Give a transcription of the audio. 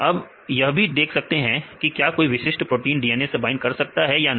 हम यह भी देख सकते हैं कि क्या कोई विशिष्ट प्रोटीन किसी DNA से बाइंड कर सकता है या नहीं